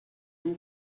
two